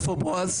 איפה בועז?